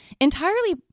entirely